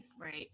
right